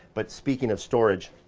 but speaking of storage,